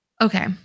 Okay